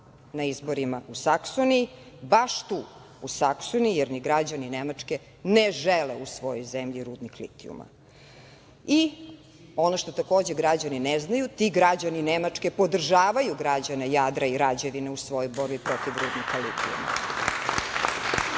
na izborima u Saksoniji, baš tu u Saksoniji, jer ni građani Nemačke ne žele u svojoj zemlji rudnik litijuma. Ono što takođe građani ne znaju, ti građani Nemačke podržavaju građane Jadra i Rađevine u svojoj borbi protiv rudnika litijuma.